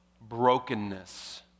brokenness